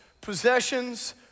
possessions